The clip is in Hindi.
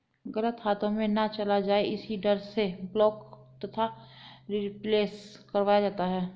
गलत हाथों में ना चला जाए इसी डर से ब्लॉक तथा रिप्लेस करवाया जाता है